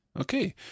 Okay